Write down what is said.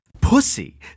Pussy